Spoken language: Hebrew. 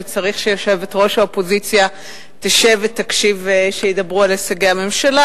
שיושבת-ראש האופוזיציה תשב ותקשיב כשידברו על הישגי הממשלה,